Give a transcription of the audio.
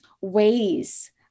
ways